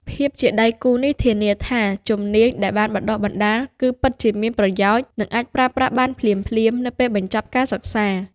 ភាពជាដៃគូនេះធានាថាជំនាញដែលបានបណ្តុះបណ្តាលគឺពិតជាមានប្រយោជន៍ និងអាចប្រើប្រាស់បានភ្លាមៗនៅពេលបញ្ចប់ការសិក្សា។